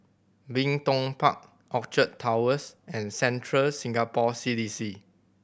Bin Tong Park Orchard Towers and Central Singapore C D C